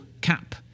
cap